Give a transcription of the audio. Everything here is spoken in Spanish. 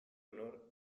honor